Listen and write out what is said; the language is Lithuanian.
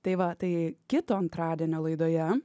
tai va tai kito antradienio laidoje